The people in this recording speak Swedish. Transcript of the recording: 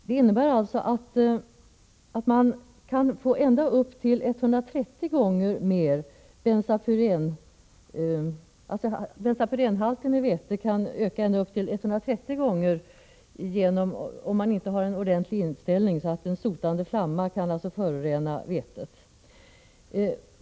Den här torkningsmetoden innebär att benspyrenhalten i vete kan öka 87 ända upp till 130 gånger, om man inte har en ordentlig inställning utan att en sotande flamma kan förorena vetet.